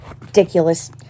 Ridiculous